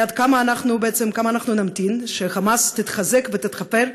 כמה אנחנו נמתין ש"חמאס" תתחזק ותתכתר,